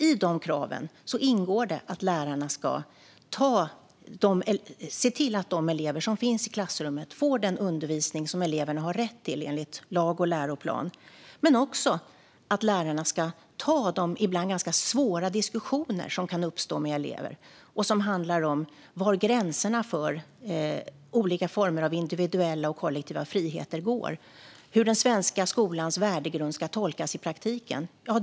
I de kraven ingår det att lärarna ska se till att de elever som finns i klassrummet får den undervisning som eleverna har rätt till enligt lag och läroplan, men också att lärarna ska ta de ibland ganska svåra diskussioner som kan uppstå med elever om var gränserna går för olika former av individuella och kollektiva friheter och hur den svenska skolans värdegrund ska tolkas i praktiken.